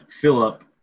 Philip